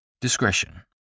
Discretion